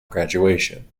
graduation